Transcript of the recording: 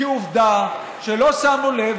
כי עובדה שלא שמנו לב,